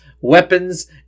weapons